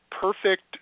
perfect